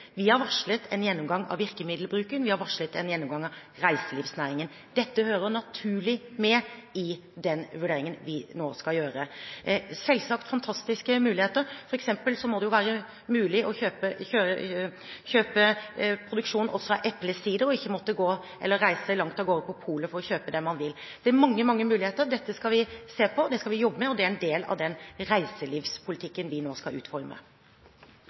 Vi har varslet en gjennomgang av virkemiddelbruken, vi har varslet en gjennomgang av reiselivsnæringen. Dette hører naturlig med i den vurderingen vi nå skal gjøre. Det er selvsagt fantastiske muligheter. For eksempel må det jo være mulig å kjøpe lokal produksjon av eplesider og ikke måtte reise langt av gårde på polet for å kjøpe det man vil. Så det er mange, mange muligheter. Dette skal vi se på, dette skal vi jobbe med, og det er en del av den reiselivspolitikken vi nå skal utforme.